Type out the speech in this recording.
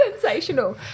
sensational